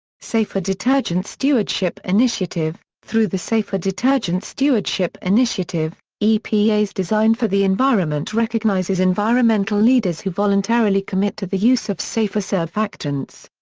safer detergents stewardship initiative through the safer detergents stewardship initiative, epa's design for the environment recognizes environmental leaders who voluntarily commit to the use of safer surfactants.